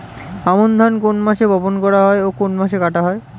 আমন ধান কোন মাসে বপন করা হয় ও কোন মাসে কাটা হয়?